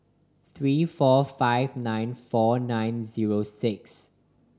three four five nine four nine zero six